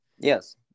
Yes